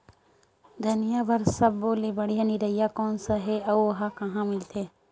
धनिया बर सब्बो ले बढ़िया निरैया कोन सा हे आऊ ओहा कहां मिलथे?